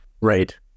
right